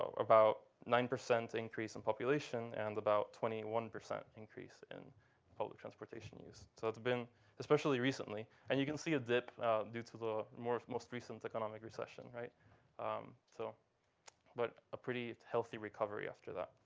ah about nine percent increase in population and about twenty one percent increase in public transportation use. so it's been especially recently. and you can see a dip due to the most most recent economic recession, so but a pretty healthy recovery after that.